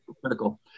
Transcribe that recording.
critical